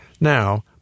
Now